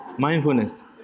Mindfulness